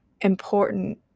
important